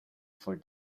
for